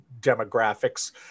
demographics